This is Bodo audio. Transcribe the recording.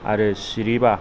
आरो सिरिबा